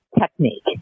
technique